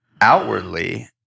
outwardly